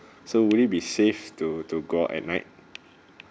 so would it be safe to to go at night